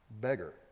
beggar